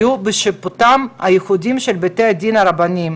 יהיו בשיפוטם הייחודי של בתי הדין הרבניים